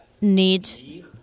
need